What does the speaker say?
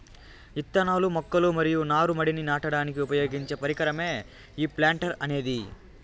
ఇత్తనాలు, మొక్కలు మరియు నారు మడిని నాటడానికి ఉపయోగించే పరికరమే ఈ ప్లాంటర్ అనేది